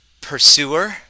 pursuer